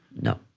no.